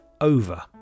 over